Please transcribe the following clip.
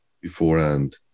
beforehand